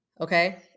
okay